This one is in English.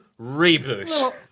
Reboot